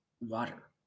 water